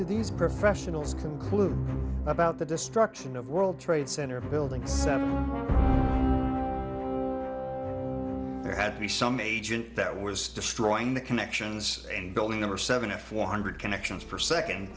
these professionals conclude about the destruction of world trade center buildings there had to be some agent that was destroying the connections and building number seven f one hundred connections for second